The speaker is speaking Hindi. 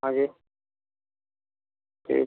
हाँ जी ठीक